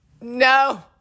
no